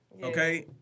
Okay